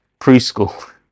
preschool